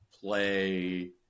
play